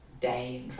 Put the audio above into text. day